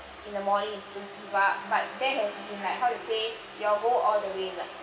in the morning you still give up but that was in like how to say your all the way like